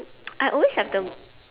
I always have the